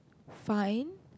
fine